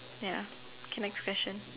ya okay next question